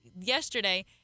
yesterday